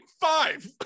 five